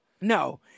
No